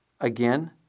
again